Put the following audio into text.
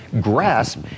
grasp